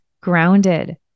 grounded